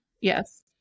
yes